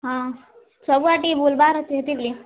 ହଁ ସବୁ ଆଡ଼୍ ଟିକେ ବୁଲ୍ବାର ଅଛି ହେଥିର୍ ଲାଗି